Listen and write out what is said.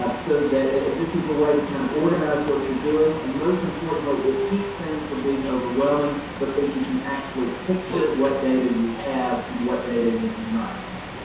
so that, this is a way to kind of organize what you're doing and most importantly, it keeps things from being overwhelming, because you can actually picture what data you have and what data you do not have.